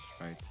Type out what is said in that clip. right